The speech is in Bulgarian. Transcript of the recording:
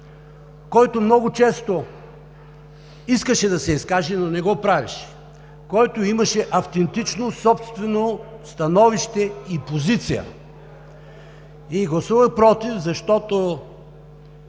който много често искаше да се изкаже, но не го правеше, който имаше автентично собствено становище и позиция. Гласувах против, защото